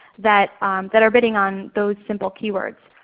that that are bidding on those simple keywords.